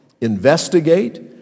investigate